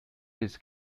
his